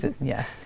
Yes